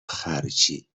خرجی